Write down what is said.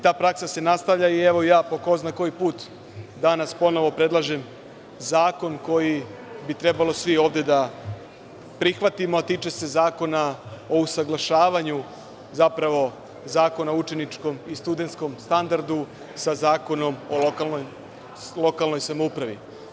Ta praksa se nastavlja i evo ja po ko zna koji put danas ponovo predlažem zakon koji bi trebalo svi ovde da prihvatimo, a tiče se Zakona o usaglašavanju, zapravo, Zakona o učeničkom i studentskom standardu sa Zakonom o lokalnoj samoupravi.